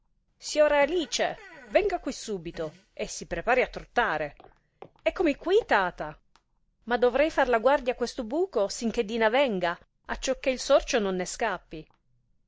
siora alice venga quì subito e si prepari a trottare eccomi quì tata ma dovrei far la guardia a questo buco sinchè dina venga acciocchè il sorcio non ne scappi